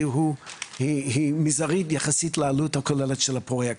היא מזערית יחסית לעלות הכוללת של הפרויקט.